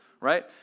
right